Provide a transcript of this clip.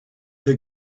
they